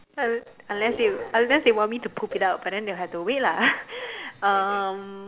unless they unless they want me to poop it out but then they will have to wait lah